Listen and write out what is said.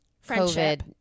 friendship